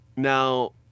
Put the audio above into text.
Now